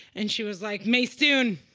and she was like, maysoon,